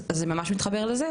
אז זה גם ממש מתחבר לזה,